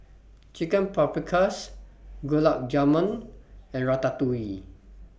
Chicken Paprikas Gulab Jamun and Ratatouille